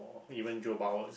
even